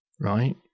right